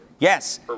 Yes